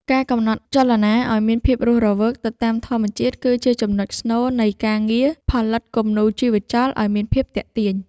ការកំណត់ចលនាឱ្យមានភាពរស់រវើកទៅតាមធម្មជាតិគឺជាចំណុចស្នូល នៃ ការងារផលិតគំនូរជីវចលឱ្យមានភាពទាក់ទាញ។